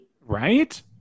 right